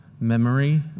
Memory